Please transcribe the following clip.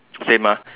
same ah